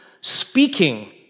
speaking